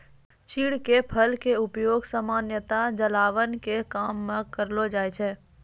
चीड़ के फल के उपयोग सामान्यतया जलावन के काम मॅ करलो जाय छै